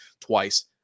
twice